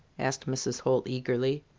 asked mrs. holt eagerly.